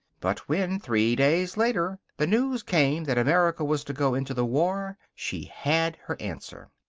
but when, three days later, the news came that america was to go into the war she had her answer.